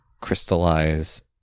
crystallize